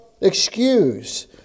excuse